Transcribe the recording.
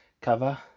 cover